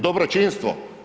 Dobročinstvo?